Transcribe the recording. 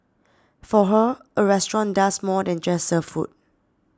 for her a restaurant does more than just serve food